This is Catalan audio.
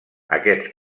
aquest